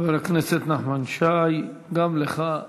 חבר הכנסת נחמן שי, גם לך,